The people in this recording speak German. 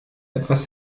etwas